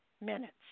minutes